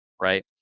right